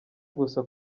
gusa